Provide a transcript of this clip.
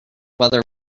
weather